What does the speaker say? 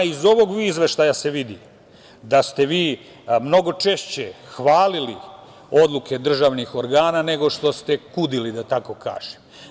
Iz ovog izveštaja se vidi da ste vi mnogo češće hvalili odluke državnih organa, nego što ste kudili, da tako kažem.